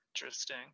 Interesting